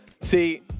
See